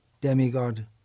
demigod